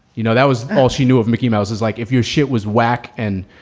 you know, that was all she knew of. mickey mouse is like, if your shit was whack and,